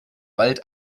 bald